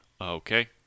okay